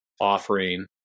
offering